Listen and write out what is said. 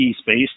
space